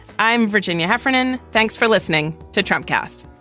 i'm virginia heffernan. thanks for listening to trump cast